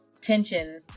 tension